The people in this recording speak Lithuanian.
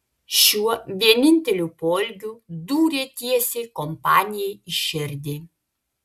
šiuo vieninteliu poelgiu dūrė tiesiai kompanijai į širdį